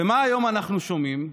ומה היום אנחנו שומעים?